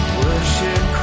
worship